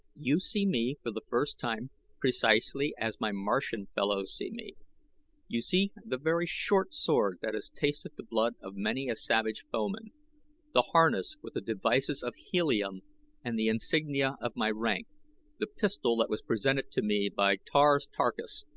you see me for the first time precisely as my martian fellows see me you see the very short-sword that has tasted the blood of many a savage foeman the harness with the devices of helium and the insignia of my rank the pistol that was presented to me by tars tarkas,